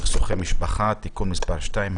בסכסוכי משפחה (הוראת שעה) (תיקון מס' 2),